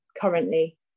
currently